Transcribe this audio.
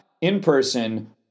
in-person